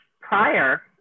prior